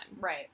Right